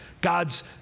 God's